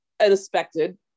unexpected